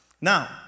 Now